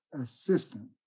assistant